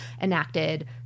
enacted